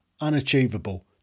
unachievable